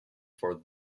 for